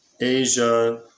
Asia